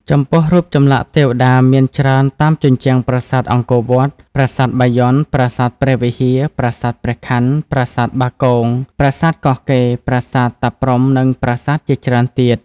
ចំពោះរូបចម្លាក់ទេវតាមានច្រើនតាមជញ្ជ្រាំប្រាសាទអង្គរវត្ត ប្រាសាទបាយ័ន ប្រាសាទព្រះវិហារ ប្រាសាទព្រះខ័ន ប្រាសាទបាគង ប្រាសាទកោះកេរ ប្រាសាទតាព្រហ្មនិងប្រាសាទជាច្រើនទៀត។